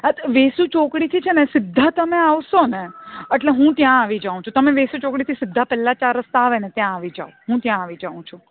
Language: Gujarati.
વેસુ ચોકડીથી છેને સીધા તમે આવશોને અટલે હું ત્યાં આવી જાઉ છું તમે વેસુ ચોકડીથી સીધા પહેલા ચાર રસ્તા આવે ને ત્યાં આવી જાઓ હું ત્યાં આવી જાઉ છું